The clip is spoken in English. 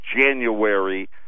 January